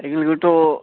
साइकेलखौथ'